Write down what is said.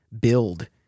build